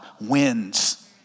wins